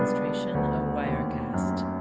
trees wirecast